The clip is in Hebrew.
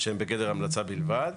שהן בגדר המלצה בלבד,